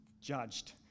judged